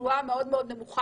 בתחלואה מאוד מאוד נמוכה,